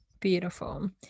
Beautiful